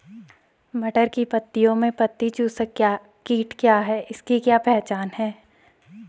मटर की पत्तियों में पत्ती चूसक कीट क्या है इसकी क्या पहचान है?